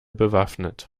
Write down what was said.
bewaffnet